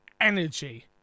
Energy